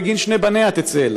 בגין שני בניה תצא אלי.